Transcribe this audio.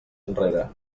enrere